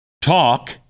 talk